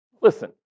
Listen